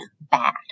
bad